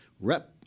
Rep